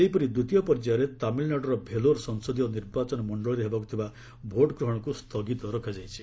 ସେହିପରି ଦ୍ୱିତୀୟ ପର୍ଯ୍ୟାୟରେ ତାମିଲ୍ନାଡୁର ଭେଲୋର୍ ସଂସଦୀୟ ନିର୍ବାଚନ ମଣ୍ଡଳୀରେ ହେବାକୁ ଥିବା ଭୋଟ୍ଗ୍ରହଣକୁ ସ୍ଥଗିତ ରଖାଯାଇଛି